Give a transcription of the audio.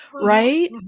right